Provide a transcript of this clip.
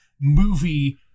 movie